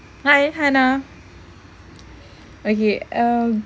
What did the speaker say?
hai hannah okay um